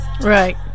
Right